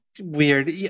weird